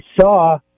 saw